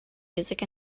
music